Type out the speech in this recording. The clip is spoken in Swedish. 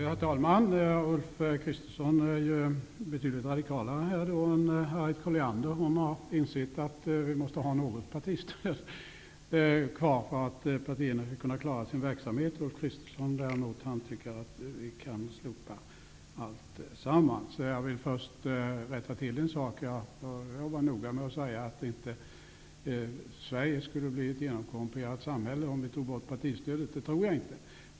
Herr talman! Ulf Kristersson är betydligt radikalare än Harriet Colliander. Hon har insett att vi måste ha något partistöd kvar för att partierna skall kunna klara sin verksamhet. Ulf Kristersson tycker däremot att vi kan slopa allt. Jag vill rätta till en sak först. Jag vill vara noga med att säga att Sverige inte skulle bli ett genomkorrumperat samhälle om vi tog bort partistödet, det tror jag inte.